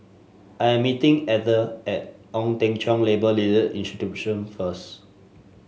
I am meeting Ether at Ong Teng Cheong Labour Leader Institution first